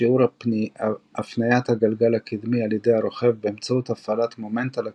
שיעור הפנית הגלגל הקדמי על ידי הרוכב באמצעות הפעלת מומנט על הכידון,